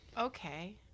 okay